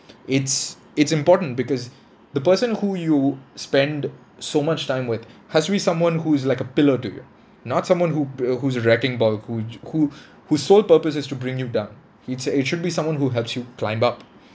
it's it's important because the person who you spend so much time with has to be someone who is like a pillar to you not someone who uh who's a wrecking ball who who whose sole purpose is to bring you down he's it should be someone who helps you climb up